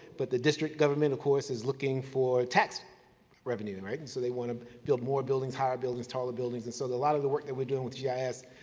but, the district government, of course, is looking for tax revenue, and right? and so they want to build more buildings, higher buildings, taller buildings. and so, a lot of the work that we're doing with yeah gis,